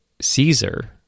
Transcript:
Caesar